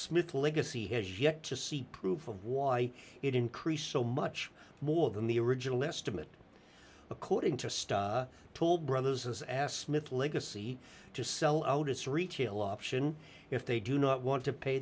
smith legacy has yet to see proof of why it increased so much more than the original estimate according to stop toll brothers has asked smith legacy to sell out its retail option if they do not want to pay